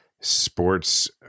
sports